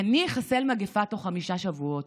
אני אחסל מגפה תוך חמישה שבועות,